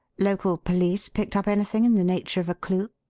local police picked up anything in the nature of a clue?